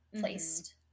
placed